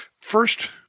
first